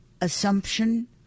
Assumption